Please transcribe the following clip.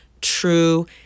true